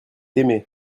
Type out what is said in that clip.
aimé